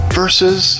versus